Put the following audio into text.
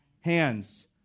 Hands